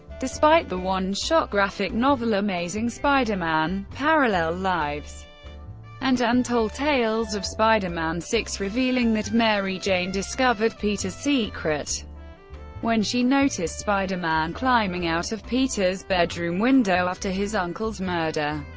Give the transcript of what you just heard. despite the one-shot graphic novel amazing spider-man parallel lives and untold tales of spider-man six revealing that mary jane discovered peter's secret when she noticed spider-man climbing out of peter's bedroom window after his uncle's murder,